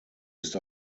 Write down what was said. ist